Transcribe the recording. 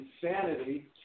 insanity